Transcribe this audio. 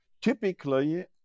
Typically